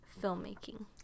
filmmaking